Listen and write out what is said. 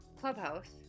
Clubhouse